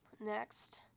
next